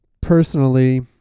Personally